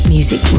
Music